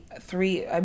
three